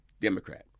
Democrat